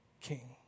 King